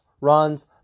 runs